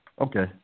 okay